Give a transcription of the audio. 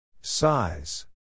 Size